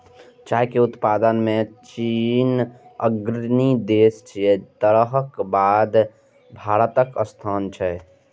चाय के उत्पादन मे चीन अग्रणी देश छियै, तकर बाद भारतक स्थान छै